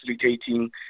facilitating